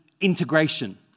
integration